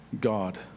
God